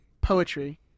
poetry